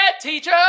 teacher